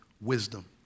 wisdom